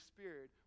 Spirit